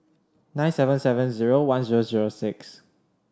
nine seven seven zero one zero zero six